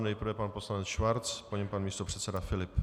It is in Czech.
Nejprve pan poslanec Schwarz, po něm pan místopředseda Filip.